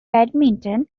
badminton